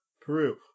Peru